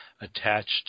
attached